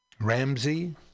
Ramsey